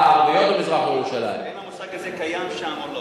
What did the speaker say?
האם המושג הזה קיים שם או לא?